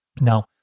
Now